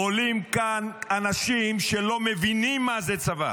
עולים כאן אנשים שלא מבינים מה זה צבא